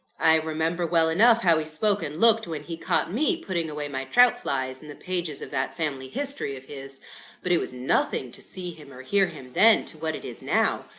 i remember well enough how he spoke and looked, when he caught me putting away my trout-flies in the pages of that family history of his but it was nothing to see him or hear him then, to what it is now.